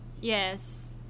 Yes